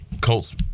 Colts